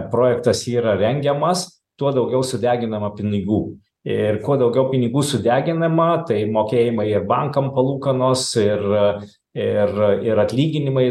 projektas yra rengiamas tuo daugiau sudeginama pinigų ir kuo daugiau pinigų sudeginama tai mokėjimai ir bankam palūkanos ir ir ir atlyginimai